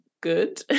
Good